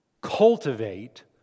cultivate